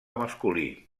masculí